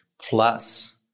plus